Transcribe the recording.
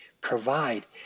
provide